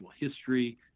history